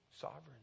sovereign